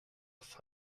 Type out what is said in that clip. att